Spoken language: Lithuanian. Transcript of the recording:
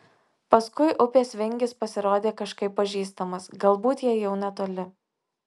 paskui upės vingis pasirodė kažkaip pažįstamas galbūt jie jau netoli